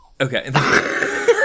Okay